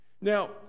Now